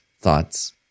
thoughts